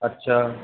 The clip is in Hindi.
अच्छा